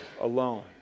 alone